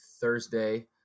Thursday